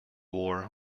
war